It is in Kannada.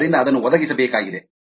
ಆದ್ದರಿಂದ ಅದನ್ನು ಒದಗಿಸಬೇಕಾಗಿದೆ